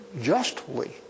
justly